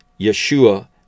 Yeshua